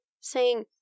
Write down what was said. saying